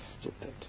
stupid